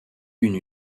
une